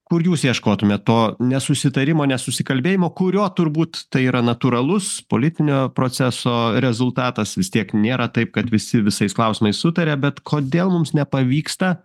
kur jūs ieškotumėt to nesusitarimo nesusikalbėjimo kurio turbūt tai yra natūralus politinio proceso rezultatas vis tiek nėra taip kad visi visais klausimais sutaria bet kodėl mums nepavyksta